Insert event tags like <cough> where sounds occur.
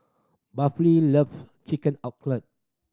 <unintelligible> love Chicken <unintelligible>